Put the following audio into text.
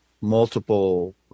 multiple